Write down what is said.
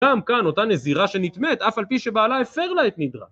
גם כאן אותה נזירה שנטמאת אף על פי שבעלה הפר לה את נדרה.